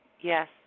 yes